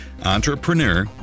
entrepreneur